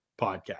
Podcast